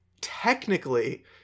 technically